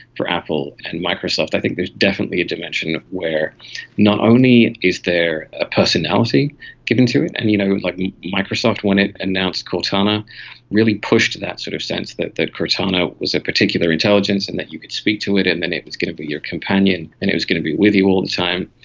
for apple and microsoft, i think there's definitely a dimension where not only is there a personality given to it, and you know like microsoft when it announced cortana really pushed that sort of sense that that cortana was a particular intelligence and that you could speak to it and and it was going to be your companion and it was going to be with you all the time.